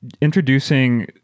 introducing